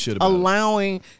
allowing